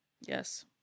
Yes